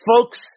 Folks